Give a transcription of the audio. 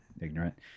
ignorant